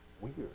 Weird